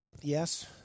Yes